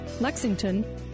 Lexington